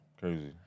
Crazy